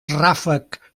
ràfec